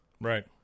Right